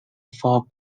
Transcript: four